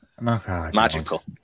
Magical